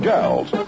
Gals